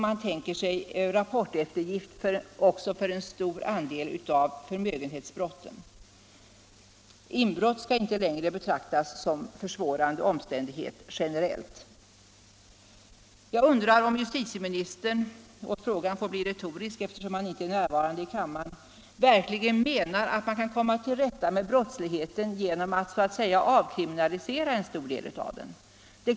Man tänker sig rapporteftergift även för en stor andel av förmögenhetsbrotten. Inbrott skall inte längre betraktas såsom en försvårande omständighet. Jag undrar om justitieministern — frågan får bli retorisk, eftersom han inte är närvarande i kammaren — verkligen menar att man kan komma till rätta med brottsligheten genom att avkriminalisera en stor del av den.